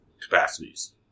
capacities